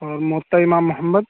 اور مؤطا امام محمد